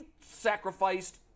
sacrificed